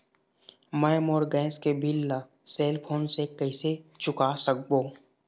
मैं मोर गैस के बिल ला सेल फोन से कइसे चुका सकबो?